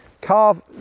carve